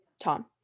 tom